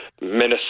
Minnesota